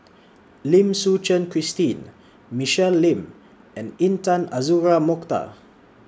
Lim Suchen Christine Michelle Lim and Intan Azura Mokhtar